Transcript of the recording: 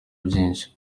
byinshi